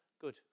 Good